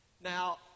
Now